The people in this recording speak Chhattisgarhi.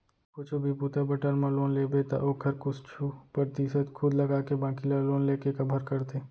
कुछु भी बूता बर टर्म लोन लेबे त ओखर कुछु परतिसत खुद लगाके बाकी ल लोन लेके कभर करथे